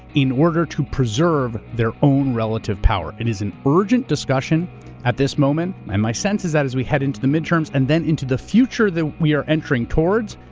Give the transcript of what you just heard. in order to preserve their own relative power. it is an urgent discussion at this moment, and my sense is that, as we head into the midterms and then into the future we are entering towards,